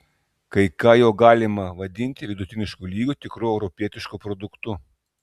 kai ką jau galima vadinti vidutiniško lygio tikru europietišku produktu